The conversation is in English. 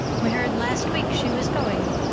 we heard last week she was going,